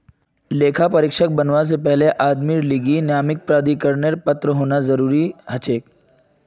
लेखा परीक्षक बनवा से पहले आदमीर लीगी नियामक प्राधिकरनेर पत्र होना जरूरी हछेक